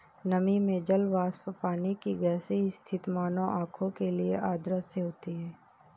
नमी में जल वाष्प पानी की गैसीय स्थिति मानव आंखों के लिए अदृश्य होती है